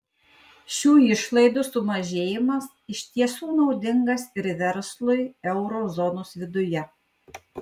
šių išlaidų sumažėjimas iš tiesų naudingas ir verslui euro zonos viduje